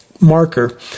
marker